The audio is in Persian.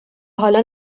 حالا